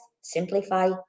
simplify